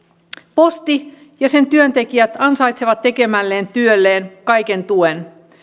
posti ja sen työntekijät ansaitsevat tekemälleen työlle kaiken tuen